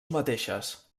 mateixes